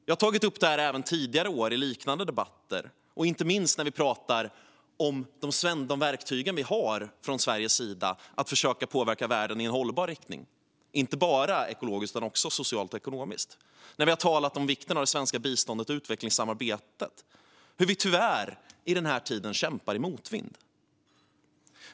Jag har tagit upp detta även tidigare år i liknande debatter och inte minst när vi har talat om de verktyg som vi har från Sveriges sida att försöka påverka världen i en hållbar riktning, inte bara ekologiskt utan också socialt och ekonomiskt, och när vi har talat om vikten av det svenska biståndet och utvecklingssamarbetet. Tyvärr kämpar vi i denna tid i motvind.